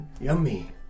Yummy